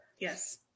Yes